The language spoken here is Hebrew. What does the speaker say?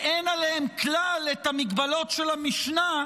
ואין עליהם כלל את המגבלות של המשנה,